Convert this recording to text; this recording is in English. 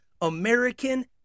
American